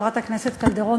חברת הכנסת קלדרון,